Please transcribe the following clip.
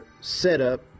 setup